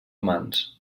humans